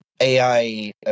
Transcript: AI